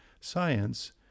science